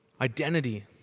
Identity